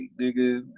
nigga